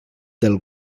del